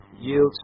yields